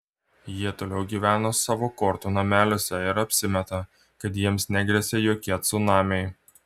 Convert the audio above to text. jie toliau gyvena savo kortų nameliuose ir apsimeta kad jiems negresia jokie cunamiai